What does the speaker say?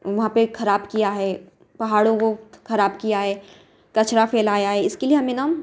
वहाँ पर खराब किया है पहाड़ों को खराब किया है कचरा फैलाया है इसके लिए हमें ना